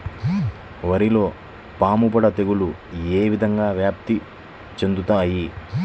వరిలో పాముపొడ తెగులు ఏ విధంగా వ్యాప్తి చెందుతాయి?